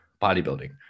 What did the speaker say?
bodybuilding